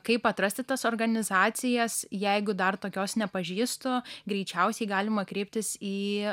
kaip atrasti tas organizacijas jeigu dar tokios nepažįstu greičiausiai galima kreiptis į